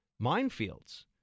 minefields